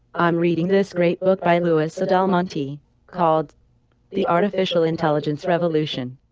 i'm reading this great book by louis a. del monte called the artificial intelligence revolution.